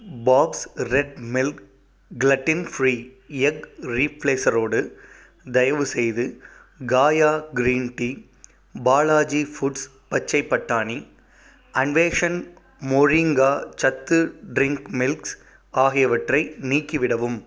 பாப்ஸ் red milk gelatin free egg ரீப்லேசரோடு தயவுசெய்து Kaya green tea Balaji foods பச்சை பட்டாணி அன்வேஷன் மொரீங்கா சத்து ட்ரிங்க் மிக்ஸ் ஆகியவற்றை நீக்கிவிடவும்